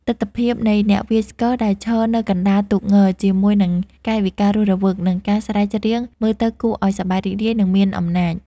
ទិដ្ឋភាពនៃអ្នកវាយស្គរដែលឈរនៅកណ្តាលទូកង ជាមួយនឹងកាយវិការរស់រវើក និងការស្រែកច្រៀងមើលទៅគួរឲ្យសប្បាយរីករាយ និងមានអំណាច។